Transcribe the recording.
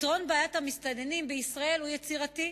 פתרון בעיית המסתננים בישראל הוא יצירתי.